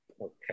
Okay